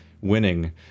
winning